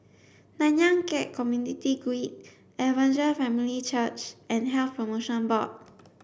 Nanyang Khek Community Guild Evangel Family Church and Health Promotion Board